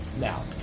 Now